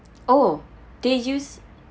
oh they use